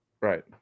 Right